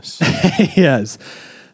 Yes